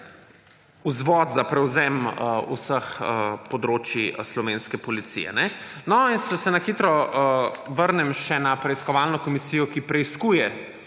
vzvod za prevzem vseh področij slovenske policije. No, in če se na hitro vrnem še na preiskovalno komisijo, ki preiskuje